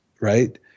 right